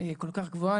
כל כך גבוהה.